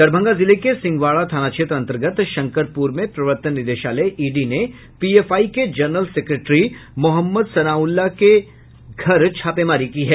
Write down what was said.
दरभंगा जिले के सिंहवाड़ा थाना क्षेत्र अंतर्गत शंकरपुर में प्रवर्तन निदेशालय ईडी ने पीएफआई के जनरल सेक्रेटरी मोहम्मद सनाउल्लाह के घर छापेमारी की है